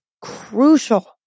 crucial